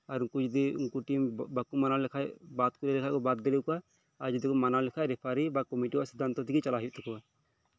ᱟᱨ ᱩᱱᱠᱩ ᱡᱩᱫᱤ ᱚᱱᱟᱴᱤᱢ ᱵᱟᱝᱠᱚ ᱢᱟᱱᱟᱣ ᱞᱮᱠᱷᱟᱱ ᱵᱟᱨ ᱯᱮ ᱫᱷᱟᱣ ᱵᱟᱫ ᱞᱮᱠᱚ ᱠᱷᱟᱱ ᱟᱨ ᱡᱚᱫᱤ ᱠᱚ ᱢᱟᱱᱟᱣᱮ ᱠᱷᱟᱱ ᱨᱮᱯᱷᱟᱨᱤ ᱵᱟ ᱠᱚᱢᱤᱴᱤ ᱭᱟᱜ ᱥᱤᱫᱽᱫᱷᱟᱱᱛᱚ ᱛᱮᱜᱮ ᱪᱟᱞᱟᱜ ᱦᱳᱭᱳᱜ ᱛᱟᱠᱚᱣᱟ